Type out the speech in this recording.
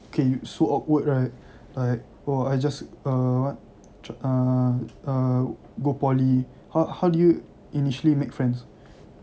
okay so awkward right like oh I just err what err err go poly how how do you initially make friends